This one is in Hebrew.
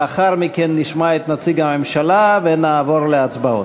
לאחר מכן נשמע את נציג הממשלה ונעבור להצבעות.